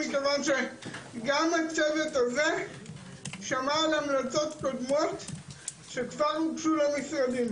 מכיוון שגם הצוות הזה שמע על המלצות קודמות שכבר הוגשו למשרדים,